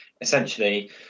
essentially